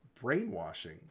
brainwashing